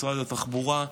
משרד התחבורה,